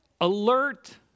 Alert